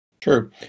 True